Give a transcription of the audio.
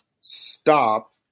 stop